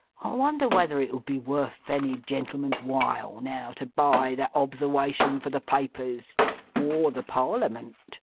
i wonder whether it would be worth any gentleman's while, now, to buy that obserwation for the papers or the parliament